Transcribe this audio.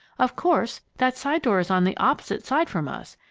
of course, that side door is on the opposite side from us,